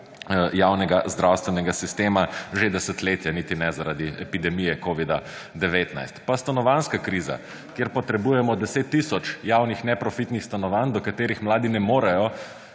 javnega zdravstvenega sistema že desetletja, niti ne zaradi epidemije covida-19. Pa stanovanjska kriza, kjer potrebujemo 10 tisoč javnih neprofitnih stanovanj, do katerih mladi ne morejo,